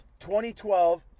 2012